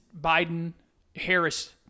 Biden-Harris